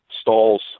stalls